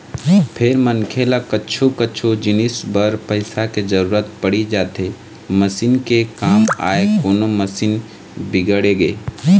फेर मनखे ल कछु कछु जिनिस बर पइसा के जरुरत पड़ी जाथे मसीन के काम आय कोनो मशीन बिगड़गे